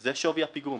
זה שווי הפיגום.